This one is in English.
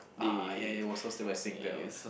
ah ya it was hosted by Singtel